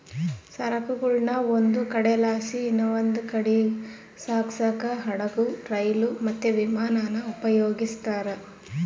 ಸರಕುಗುಳ್ನ ಒಂದು ಕಡೆಲಾಸಿ ಇನವಂದ್ ಕಡೀಗ್ ಸಾಗ್ಸಾಕ ಹಡುಗು, ರೈಲು, ಮತ್ತೆ ವಿಮಾನಾನ ಉಪಯೋಗಿಸ್ತಾರ